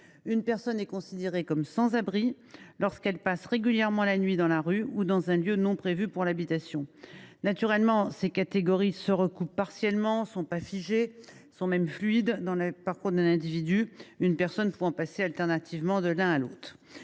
Une personne devient sans abri lorsqu’elle passe régulièrement la nuit dans la rue ou dans un lieu non prévu pour l’habitation. Naturellement, ces catégories se recoupent partiellement et ne sont pas figées, elles sont même fluides dans le parcours des individus, une personne pouvant passer alternativement de l’une à l’autre.